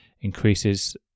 increases